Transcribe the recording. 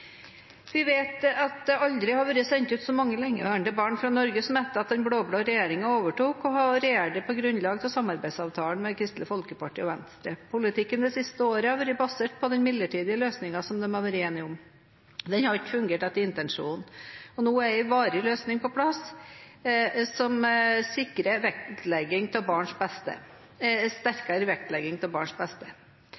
Vi vet at det aldri før har vært sendt ut så mange lengeværende barn fra Norge som etter at den blå-blå regjeringen overtok og regjerer på grunnlag av samarbeidsavtalen med Kristelig Folkeparti og Venstre. Politikken det siste året har vært basert på den midlertidige løsningen som de har vært enige om. Den har ikke fungert etter intensjonen. Nå er en varig løsning på plass, noe som sikrer en sterkere vektlegging av barns beste.